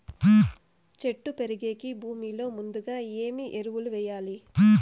చెట్టు పెరిగేకి భూమిలో ముందుగా ఏమి ఎరువులు వేయాలి?